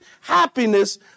happiness